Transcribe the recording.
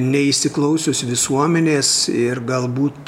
neįsiklausius visuomenės ir galbūt